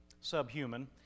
subhuman